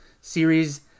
series